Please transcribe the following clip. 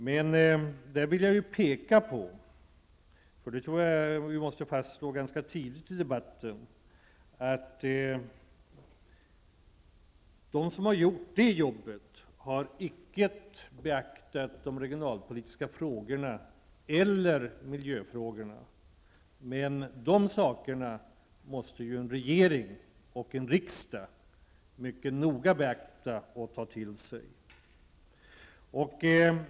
Men jag vill peka på -- och det tror jag att vi måste slå fast ganska tidigt i debatten -- att de som har gjort jobbet inte har beaktat de regionalpolitiska frågorna och miljöfrågorna. Men dessa frågor måste ju regering och riksdag beakta mycket noga.